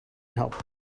help